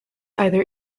either